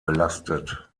belastet